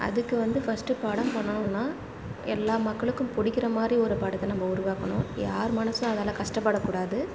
அதுக்கு வந்து ஃபஸ்ட்டு படம் பண்ணணும்னால் எல்லா மக்களுக்கும் பிடிக்கிற மாதிரி ஒரு படத்தை நம்ப உருவாக்கணும் யார் மனதும் அதால் கஷ்டப்படக்கூடாது